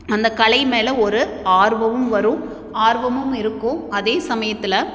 அந்த கலை மேல ஒரு ஆர்வம் வரும் ஆர்வமும் இருக்கும் அதே சமயத்தில்